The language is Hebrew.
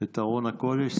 את ארון הקודש,